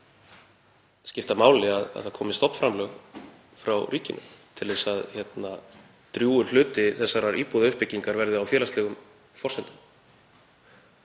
skipta máli að það komi stofnframlög frá ríkinu til að drjúgur hluti þeirrar íbúðauppbyggingar verði á félagslegum forsendum.